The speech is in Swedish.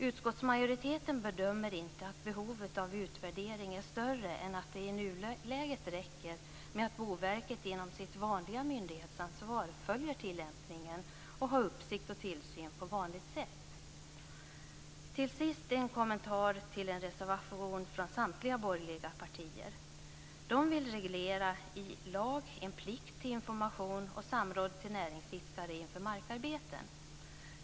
Utskottsmajoriteten bedömer inte att behovet av utvärdering är större än att det i nuläget räcker med att Boverket inom sitt vanliga myndighetsansvar följer tillämpningen och har uppsikt och tillsyn på vanligt sätt. Till sist en kommentar till en reservation från samtliga borgerliga partier. De vill reglera i lag en plikt till information och samråd till näringsidkare inför markarbeten.